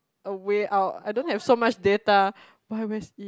a way out I don't have so much data why m_s if